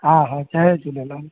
हा हा जय झूलेलाल